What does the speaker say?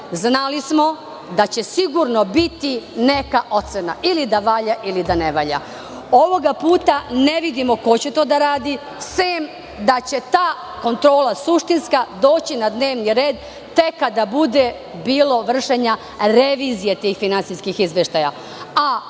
znali smo da će sigurno biti neka ocena ili da valja ili da ne valja. Ovoga puta ne vidimo ko će to da radi, sem da će ta suštinska kontrola doći na dnevni red tek kada bude bilo vršenja revizije tih finansijskih izveštaja.